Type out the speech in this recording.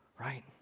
Right